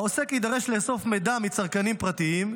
העוסק יידרש לאסוף מידע מצרכנים פרטיים,